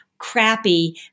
crappy